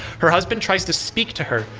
her husband tries to speak to her,